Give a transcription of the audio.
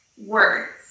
words